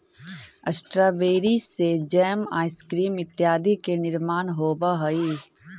strawberry से jam, ice cream इत्यादि के निर्माण होवऽ हइ